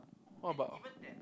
what about